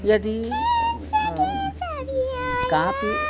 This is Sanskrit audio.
यदि कापि